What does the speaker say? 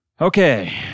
Okay